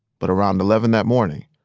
but around eleven that morning,